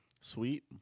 Sweet